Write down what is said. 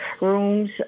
rooms